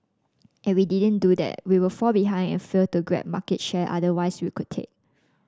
if we didn't do that we would fall behind and fail to grab market share otherwise we could take